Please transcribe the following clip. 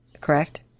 correct